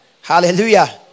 Hallelujah